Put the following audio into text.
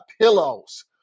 pillows